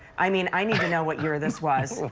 i mean i need to know what year this was.